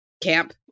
camp